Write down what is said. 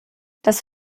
das